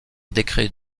décret